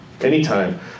anytime